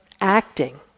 acting